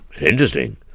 Interesting